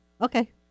okay